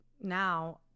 now